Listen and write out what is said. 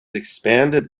expanded